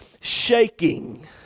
shaking